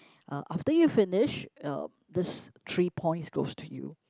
uh after you finished um this three points goes to you